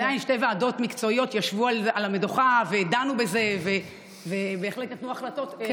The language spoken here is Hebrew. ועדיין שתי ועדת מקצועיות ישבו על המדוכה ודנו בזה ונתנו החלטות.